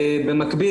במקביל,